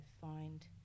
find